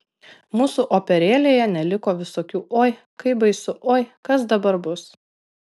mūsų operėlėje neliko visokių oi kaip baisu oi kas dabar bus